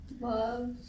love